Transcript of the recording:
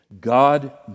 God